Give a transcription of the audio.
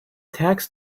tax